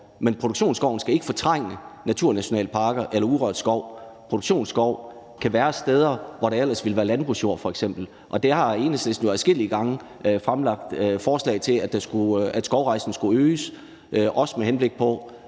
Men produktionsskoven skal ikke fortrænge naturnationalparker eller urørt skov. Produktionsskoven kan være steder, hvor der ellers ville være f.eks. landbrugsjord. Enhedslisten har jo adskillige gange fremsat forslag om, at skovrejsningen skulle øges både med henblik på